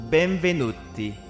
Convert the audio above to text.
Benvenuti